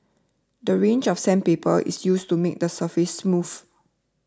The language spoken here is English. the range of sandpaper is used to make the surface smooth